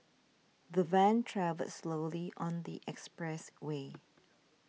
the van travelled slowly on the expressway